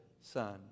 Son